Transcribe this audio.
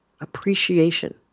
appreciation